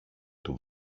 του